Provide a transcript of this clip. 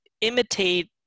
imitate